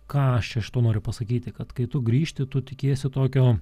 ką aš iš to noriu pasakyti kad kai tu grįžti tu tikiesi tokio